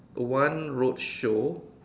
one roadshow